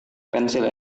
pensil